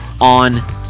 on